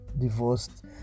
divorced